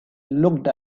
looked